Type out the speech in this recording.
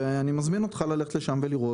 ואני מזמין אותך ללכת לשם ולראות